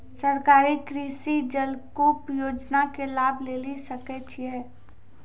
सरकारी कृषि जलकूप योजना के लाभ लेली सकै छिए?